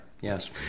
yes